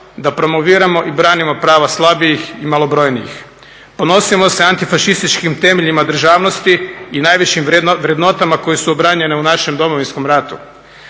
da promoviramo i branimo prava slabijih i malobrojnijih. Ponosimo se antifašističkim temeljima državnosti i najvišim vrednotama koje su obranjene u našem Domovinskom ratu.